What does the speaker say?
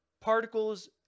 particles